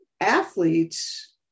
Athletes